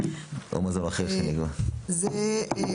אחר שנקבע לפי"; למה לא עד ט"ז אלול?